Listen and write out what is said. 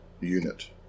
unit